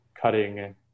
cutting